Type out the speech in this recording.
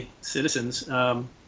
citizens